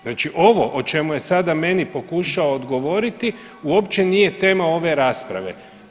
Znači ovo o čemu je sada meni pokušao odgovoriti uopće nije tema ove rasprave.